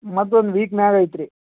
ಮತ್ತು ಒಂದು ವೀಕ್ ಮೇಲ್ ಐತಿ ರೀ